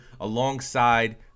alongside